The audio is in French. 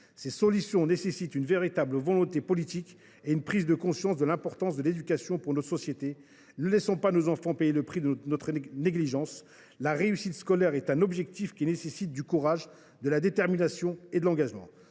Ces solutions nécessitent une véritable volonté politique et une prise de conscience de l’importance de l’éducation pour notre société. Ne laissons pas nos enfants payer le prix de notre négligence. La réussite scolaire est un objectif qui nécessite du courage, de la détermination, de l’engagement.